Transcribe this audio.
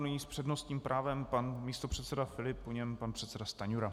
Nyní s přednostním právem pan místopředseda Filip, po něm pan předseda Stanjura.